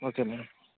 okay madam